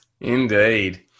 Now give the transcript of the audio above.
Indeed